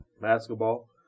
basketball